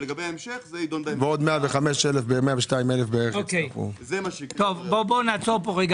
ועוד 105- -- נעצור רגע.